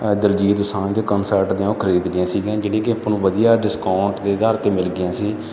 ਦਿਲਜੀਤ ਦੁਸਾਂਝ ਦੇ ਕਨਸਰਟ ਦੀਆਂ ਉਹ ਖਰੀਦ ਲਈਆਂ ਸੀਗੀਆਂ ਜਿਹੜੀ ਕਿ ਆਪਾਂ ਨੂੰ ਵਧੀਆ ਡਿਸਕਾਊਂਟ ਦੇ ਅਧਾਰ 'ਤੇ ਮਿਲ ਗਈਆਂ ਸੀ